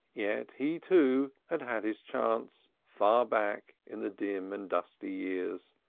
yet he, too, had had his chance far back in the dim and dusty years,